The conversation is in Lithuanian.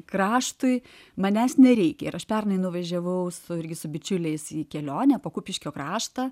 kraštui manęs nereikia ir aš pernai nuvažiavau su irgi su bičiuliais į kelionę po kupiškio kraštą